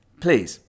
Please